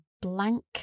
blank